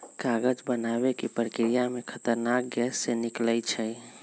कागज बनाबे के प्रक्रिया में खतरनाक गैसें से निकलै छै